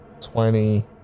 twenty